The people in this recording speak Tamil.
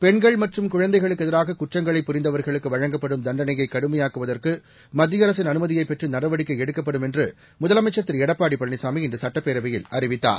பெண்கள் மற்றும் குழந்தைகளுக்கு எதிராக குற்றங்களை புரிந்தவர்களுக்கு வழங்கப்படும் தண்டனையை கடுமையாக்குவதற்கு மத்திய அரசின் அனுமதியைப் பெற்று நடவடிக்கை எடுக்கப்படும் என்று முதலமைச்சர் திரு எடப்பாடி வழனிசாமி இன்று சட்டப்பேரவையில் அறிவித்தார்